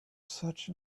such